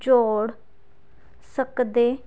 ਜੋੜ ਸਕਦੇ